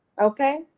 Okay